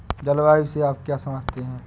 जलवायु से आप क्या समझते हैं?